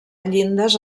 llindes